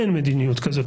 אין מדיניות כזאת.